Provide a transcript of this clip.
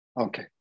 Okay